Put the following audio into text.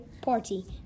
party